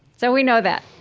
so we know that